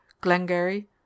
glengarry